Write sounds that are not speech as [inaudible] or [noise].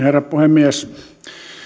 [unintelligible] herra puhemies